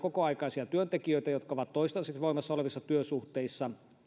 kokoaikaisia työntekijöitä jotka ovat toistaiseksi voimassa olevissa työsuhteissa ja